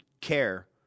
care